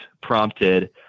prompted